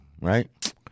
right